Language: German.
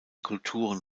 kulturen